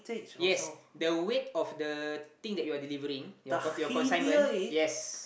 yes the weight of the thing that you're delivering your your con~ your consignment yes